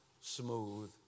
smooth